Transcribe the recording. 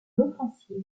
l’offensive